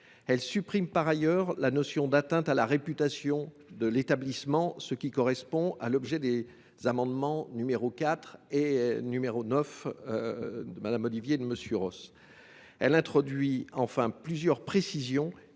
Elle supprime la notion d’atteinte à la réputation de l’établissement, ce qui correspond à l’objet des amendements n 4 et 9 de Mme Ollivier et de M. Ros. Elle introduit par ailleurs plusieurs précisions